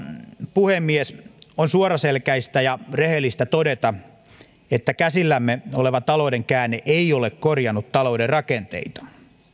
puhemies on suoraselkäistä ja rehellistä todeta että käsillämme oleva talouden käänne ei ole korjannut talouden rakenteita